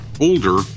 older